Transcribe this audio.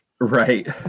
Right